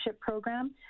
program